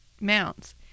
mounts